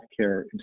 healthcare